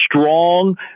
strong